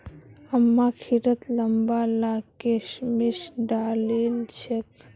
अम्मा खिरत लंबा ला किशमिश डालिल छेक